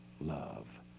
love